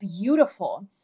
beautiful